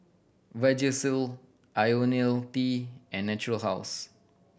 Vagisil Ionil T and Natura House